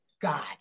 God